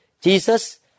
Jesus